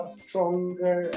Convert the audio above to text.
stronger